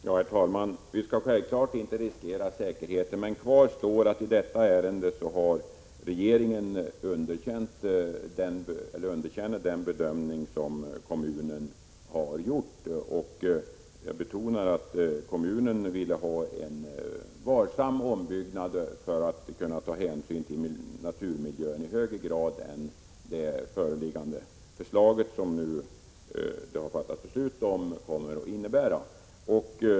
Herr talman! Vi skall självfallet inte riskera säkerheten. Men kvar står att i detta ärende underkänner regeringen den bedömning som kommunen har gjort. Jag betonar att kommunen ville ha en varsam ombyggnad, för att kunna ta hänsyn till naturmiljön i högre grad än vad det föreliggande förslag som det nu fattats beslut om kommer att innebära.